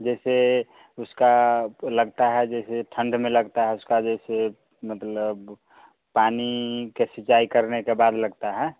जैसे उसका लगता है जैसे ठंड में लगता है उसका जैसे मतलब पानी के सिंचाई करने के बाद लगता है